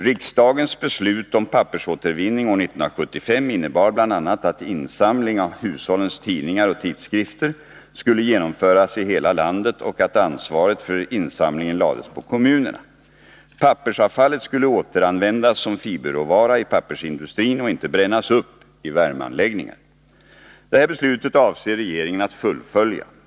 Riksdagens beslut om pappersåtervinning år 1975 innebar bl.a. att insamling av hushållens tidningar och tidskrifter skulle genomföras i hela landet och att ansvaret för insamlingen lades på kommunerna. Pappersavfallet skulle återanvändas som fiberråvara i pappersindustrin och inte brännas upp i värmeanläggningar. Detta beslut avser regeringen att fullfölja.